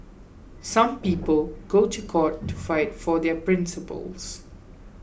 some people go to court to fight for their principles